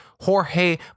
Jorge